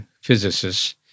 physicists